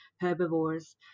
herbivores